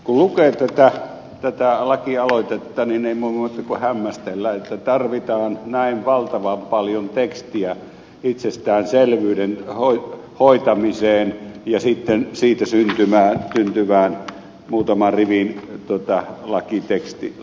kun lukee tätä lakialoitetta niin ei voi muuta kuin hämmästellä että tarvitaan näin valtavan paljon tekstiä itsestäänselvyyden hoitamiseen ja sitten siitä syntyvään muutaman rivin lakitekstimuutokseen